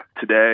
today